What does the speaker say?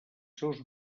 seus